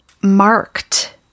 marked